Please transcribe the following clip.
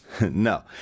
No